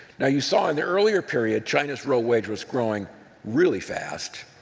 yeah you saw in the earlier period, china's real wage was growing really fast.